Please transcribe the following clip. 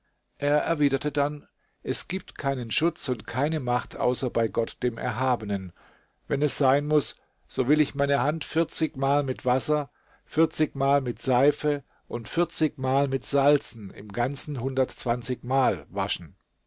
er erwiderte dann es gibt keinen schutz und keine macht außer bei gott dem erhabenen wenn es sein muß so will ich meine hand vierzigmal mit wasser vierzigmal mit seife und vierzigmal mit salzen im ganzen hundertundzwanzigmal waschen